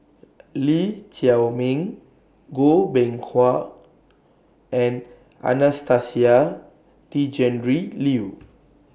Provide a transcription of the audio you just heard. Lee Chiaw Meng Goh Beng Kwan and Anastasia Tjendri Liew